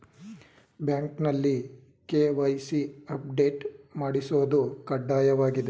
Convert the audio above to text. ಬ್ಯಾಂಕ್ನಲ್ಲಿ KYC update ಮಾಡಿಸೋದು ಕಡ್ಡಾಯವಾಗಿದೆ